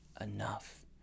enough